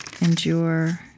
Endure